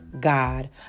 God